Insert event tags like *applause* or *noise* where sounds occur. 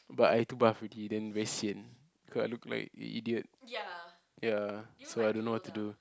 but I too buff already then very sian cause I look like a idiot *noise* ya so I don't know what to do